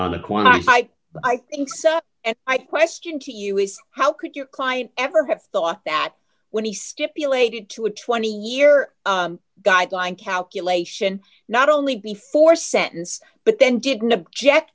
cite i think so at i question to you is how could your client ever have thought that when he stipulated to a twenty year guideline calculation not only before sentence but then didn't object